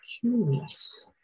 curious